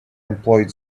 employed